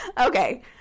Okay